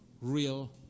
real